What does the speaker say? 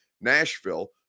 Nashville